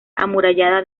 amurallada